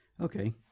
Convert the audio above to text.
Okay